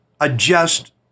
adjust